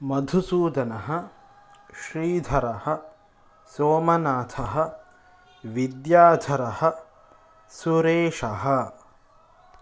मधुसूदनः श्रीधरः सोमनाथः विद्याधरः सुरेशः